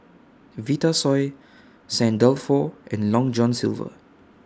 Vitasoy Saint Dalfour and Long John Silver